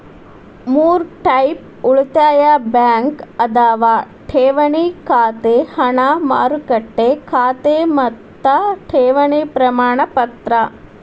ಮೂರ್ ಟೈಪ್ಸ್ ಉಳಿತಾಯ ಬ್ಯಾಂಕ್ ಅದಾವ ಠೇವಣಿ ಖಾತೆ ಹಣ ಮಾರುಕಟ್ಟೆ ಖಾತೆ ಮತ್ತ ಠೇವಣಿ ಪ್ರಮಾಣಪತ್ರ